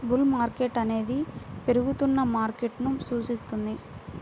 bull market అనేది పెరుగుతున్న మార్కెట్ను సూచిస్తుంది